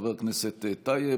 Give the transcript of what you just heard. חבר הכנסת טייב.